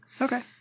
Okay